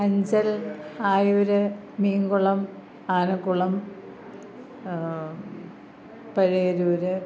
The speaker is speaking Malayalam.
അഞ്ചൽ ആയൂർ മീൻകുളം ആനക്കുളം പഴയരൂർ